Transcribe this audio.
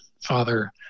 father